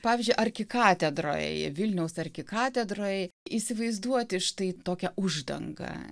pavyzdžiui arkikatedroje vilniaus arkikatedroj įsivaizduoti štai tokią uždangą